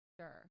sure